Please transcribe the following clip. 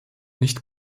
nicht